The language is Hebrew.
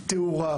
תאורה,